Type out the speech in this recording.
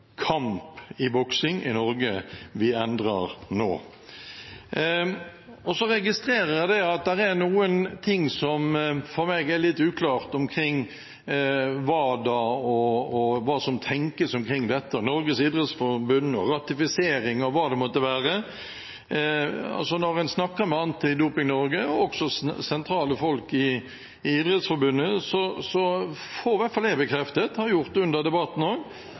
kamp i boksing i Norge vi endrer nå. Så registrerer jeg at det er noe som for meg er litt uklart omkring WADA og hva som tenkes omkring Norges Idrettsforbund, ratifisering og hva det måtte være. Når en snakker med Antidoping Norge og også sentrale folk i Idrettsforbundet, får i hvert fall jeg bekreftet – også under debatten